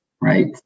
Right